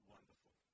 Wonderful